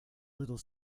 little